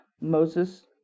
Moses